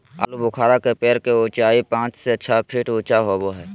आलूबुखारा के पेड़ के उचाई पांच से छह फीट ऊँचा होबो हइ